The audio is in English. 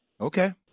okay